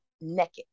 naked